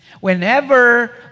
Whenever